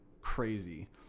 crazy